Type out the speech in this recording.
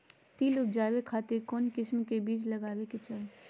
तिल उबजाबे खातिर कौन किस्म के बीज लगावे के चाही?